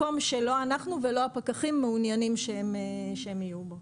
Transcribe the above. מקום שלא אנחנו ולא הפקחים מעוניינים שהם יהיו בו.